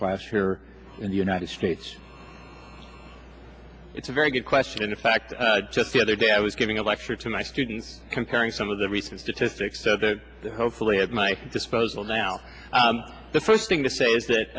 class here in the united states it's a very good question and in fact just the other day i was giving a lecture to my students comparing some of the recent statistics to the hopefully at my disposal now the first thing to say is that